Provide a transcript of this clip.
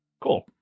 Cool